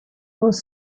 was